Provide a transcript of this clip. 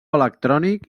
electrònic